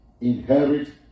inherit